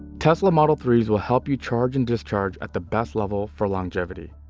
tesla model three s will help you charge and discharge at the best level for longevity.